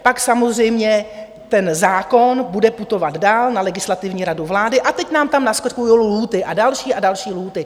Pak samozřejmě ten zákon bude putovat dál na Legislativní radu vlády a teď nám tam naskakují lhůty a další a další lhůty.